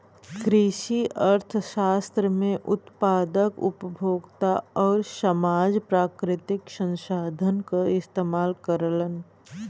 कृषि अर्थशास्त्र में उत्पादक, उपभोक्ता आउर समाज प्राकृतिक संसाधन क इस्तेमाल करलन